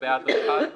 לגבי ההדרכה הזאת?